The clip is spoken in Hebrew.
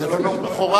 זה לא נאום בכורה,